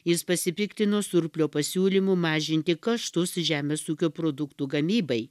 jis pasipiktino surplio pasiūlymu mažinti kaštus žemės ūkio produktų gamybai